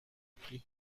اونجوری